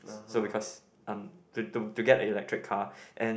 so because um to to get a electric car and